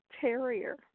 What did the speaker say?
Terrier